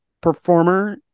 performer